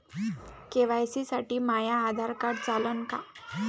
KYC साठी माह्य Aadhaar card चालन का?